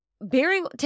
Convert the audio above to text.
Bearing